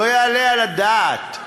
לא יעלה על הדעת.